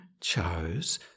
chose